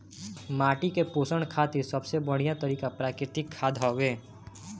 माटी के पोषण खातिर सबसे बढ़िया तरिका प्राकृतिक खाद हवे